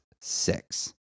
six